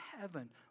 heaven